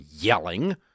yelling